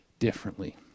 differently